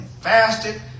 fasted